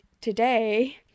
today